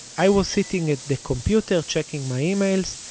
i was sitting at the computer checking my emails,